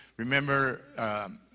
Remember